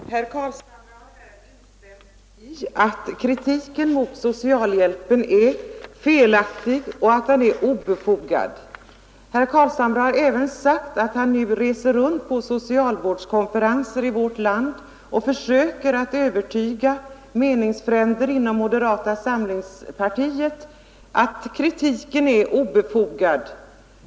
Fru talman! Herr Carlshamre instämde i att kritiken mot socialhjälpen är felaktig och obefogad. Herr Carlshamre har även sagt att han nu reser runt på socialvårdskonferenser i vårt land och försöker att övertyga meningsfränder inom moderata samlingspartiet om att kritiken är obefogad.